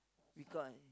reply